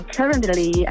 Currently